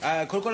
קודם כול,